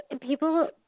people